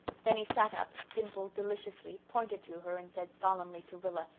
then he sat up dimpled deliciously, pointed to her and said solemnly to rilla,